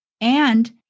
And-